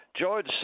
George